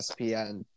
ESPN